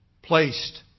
placed